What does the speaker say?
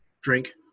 drink